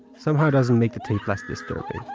somehow doesn't make the tape less disturbing